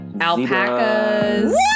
Alpacas